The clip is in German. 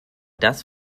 das